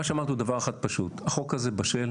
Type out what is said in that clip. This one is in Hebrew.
מה שאמרתי הוא דבר אחד פשוט: החוק הזה בשל,